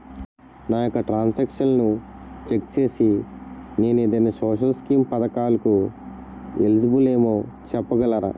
నా యెక్క ట్రాన్స్ ఆక్షన్లను చెక్ చేసి నేను ఏదైనా సోషల్ స్కీం పథకాలు కు ఎలిజిబుల్ ఏమో చెప్పగలరా?